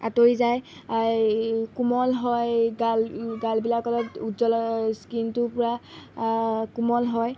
আঁতৰি যায় কোমল হয় গাল গালবিলাকত উজ্জ্বল স্কিনটো পূৰা কোমল হয়